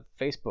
Facebook